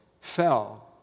fell